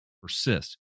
persist